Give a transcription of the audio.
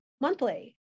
monthly